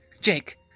Jake